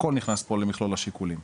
הכל נכנס פה למכלול השיקולים,